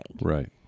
Right